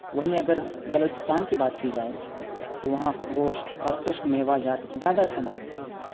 وہیں اگر بلوچستان کی بات کی جائے تو وہاں گوشت اور خشک میوہ جات زیادہ استعمال ہوتے ہیں